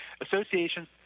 associations